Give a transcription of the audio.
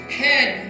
head